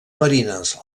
marines